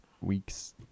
week's